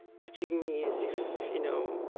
touching me as if, you know,